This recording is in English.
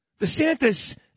DeSantis